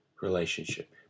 relationship